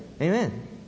Amen